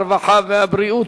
הרווחה והבריאות.